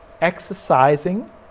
exercising